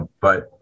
But-